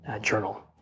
journal